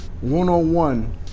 one-on-one